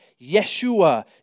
Yeshua